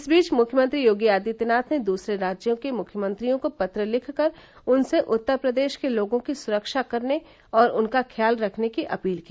इस बीच मुख्यमंत्री योगी आदित्यनाथ ने दूसरे राज्यों के मुख्यमंत्रियों को पत्र लिखकर उनसे उत्तर प्रदेश के लोगों की सुरक्षा करने और उनका ख्याल रखने की अपील की